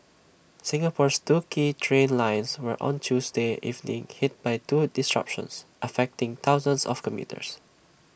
Singapore's two key train lines were on Tuesday evening hit by twin disruptions affecting thousands of commuters